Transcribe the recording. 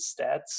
stats